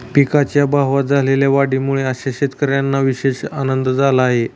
पिकांच्या भावात झालेल्या वाढीमुळे अशा शेतकऱ्यांना विशेष आनंद झाला आहे